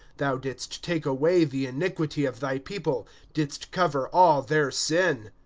thou didst take away the iniquity of thy people. didst cover all their sin.